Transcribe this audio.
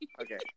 Okay